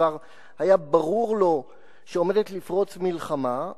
כשכבר היה ברור לו שעומדת לפרוץ מלחמה,